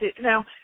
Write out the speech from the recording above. Now